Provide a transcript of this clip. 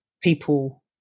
people